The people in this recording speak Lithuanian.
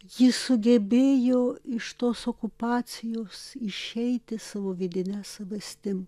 ji sugebėjo iš tos okupacijos išeiti savo vidine savastim